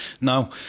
Now